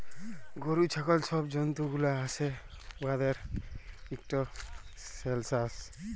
গরু, ছাগল ছব জল্তুগুলা আসে উয়াদের ইকট সেলসাস